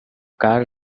car